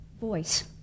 voice